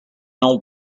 old